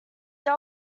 they